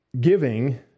giving